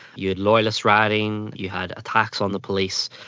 you had loyalists rioting, you had attacks on the police.